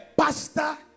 Pastor